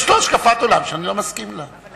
יש לו השקפת עולם שאני לא מסכים לה,